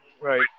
right